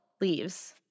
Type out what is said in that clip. leaves